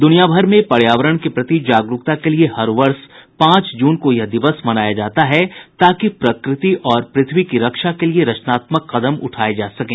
द्रनियाभर में पर्यावरण के प्रति जागरूकता के लिए हर वर्ष पांच जून को यह दिवस मनाया जाता है ताकि प्रकृति और पृथ्वी की रक्षा के लिए रचनात्मक कदम उठाए जा सकें